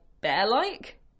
bear-like